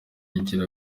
igira